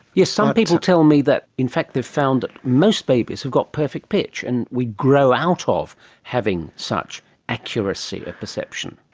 yes, some people tell me that in fact they've found most babies have got perfect pitch and we grow out ah of having such accuracy of perception.